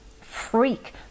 freak